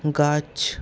গাছ